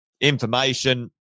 information